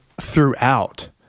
throughout